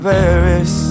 Paris